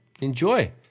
Enjoy